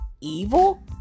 evil